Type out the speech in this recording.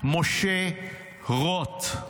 משה רוט.